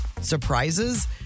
surprises